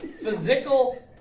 physical